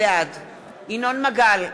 בעד ינון מגל,